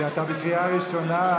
אני לא רוצה.